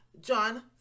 john